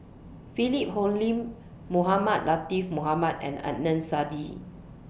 Philip Hoalim Mohamed Latiff Mohamed and Adnan Saidi